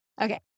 Okay